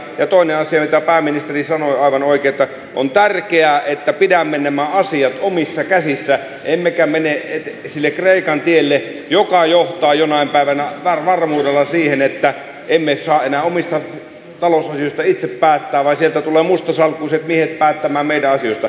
ja toinen asia mitä pääministeri sanoi aivan oikein on se että on tärkeää että pidämme nämä asiat omissa käsissä emmekä mene sille kreikan tielle joka johtaa jonain päivänä varmuudella siihen että emme saa enää omista talousasioista itse päättää vaan sieltä tulevat mustasalkkuiset miehet päättämään meidän asioista